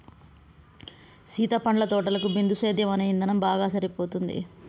సీత పండ్ల తోటలకు బిందుసేద్యం అనే ఇధానం బాగా సరిపోతుంది